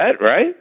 right